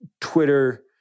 Twitter